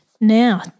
Now